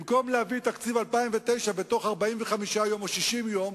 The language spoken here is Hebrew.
במקום להביא את תקציב 2009 בתוך 45 יום או 60 יום.